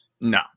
No